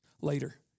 later